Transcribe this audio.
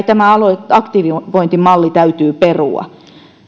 tämä aktivointimalli täytyy perua